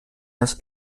das